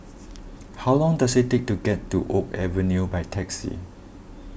how long does it take to get to Oak Avenue by taxi